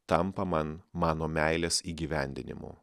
tampa man mano meilės įgyvendinimu